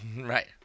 Right